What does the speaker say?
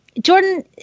Jordan